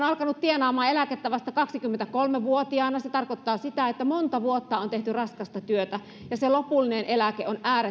alkaneet tienaamaan eläkettä vasta kaksikymmentäkolme vuotiaana se tarkoittaa sitä että monta vuotta on tehty raskasta työtä ja se lopullinen eläke on äärettömän pieni